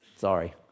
Sorry